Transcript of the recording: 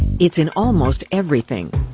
it's in almost everything.